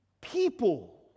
people